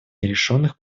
нерешенных